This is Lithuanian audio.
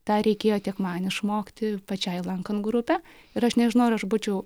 tą reikėjo tiek man išmokti pačiai lankant grupę ir aš nežinau ar aš būčiau